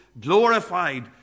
glorified